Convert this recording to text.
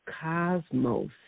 cosmos